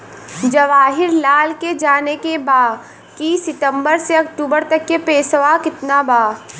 जवाहिर लाल के जाने के बा की सितंबर से अक्टूबर तक के पेसवा कितना बा?